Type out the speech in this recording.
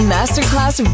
Masterclass